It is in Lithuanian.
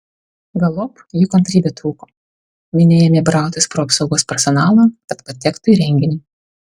galop jų kantrybė trūko minia ėmė brautis pro apsaugos personalą kad patektų į renginį